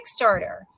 Kickstarter